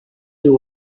you